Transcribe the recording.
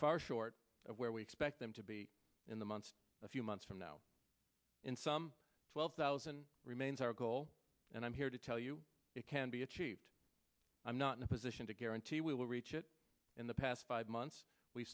far short of where we expect them to be in the months a few months from now in some twelve thousand remains our goal and i'm here to tell you it can be achieved i'm not in a position to guarantee we'll reach it in the past five months we